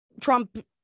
Trump